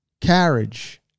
carriage